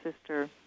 Sister